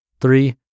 Three